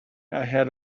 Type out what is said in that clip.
ahead